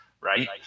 Right